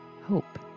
Hope